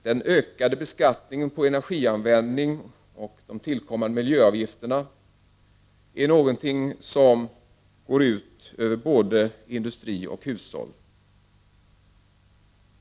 Den ökade beskattningen på energianvändning och de tillkommande miljöavgifterna är någonting som går ut över både industri och hushåll.